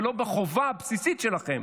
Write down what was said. ולא בחובה הבסיסית שלכם